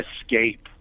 escape